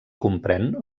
comprèn